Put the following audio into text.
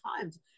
times